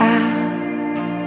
out